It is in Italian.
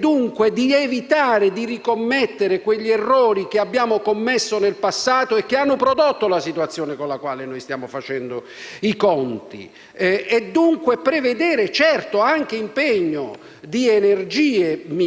dunque di evitare di ricommettere quegli errori che abbiamo commesso nel passato e che hanno prodotto la situazione con la quale stiamo facendo i conti, prevedendo, certo, anche l'impegno di energie militari